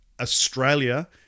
Australia